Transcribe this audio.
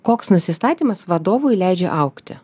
koks nusistatymas vadovui leidžia augti